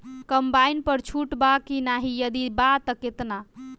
Combine पर छूट बा की नाहीं यदि बा त केतना?